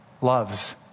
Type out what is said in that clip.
loves